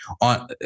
On